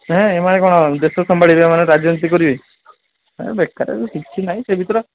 ହଁ ଏମାନେ କ'ଣ ଦେଶକୁ ସମ୍ଭାଳିବେ ଏମାନେ କ'ଣ ରାଜନୀତି କରିବେ ଏ ବେକାର କିଛି ନାହିଁ ସେ ବିଷୟରେ